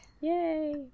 Yay